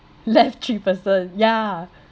left three person yeah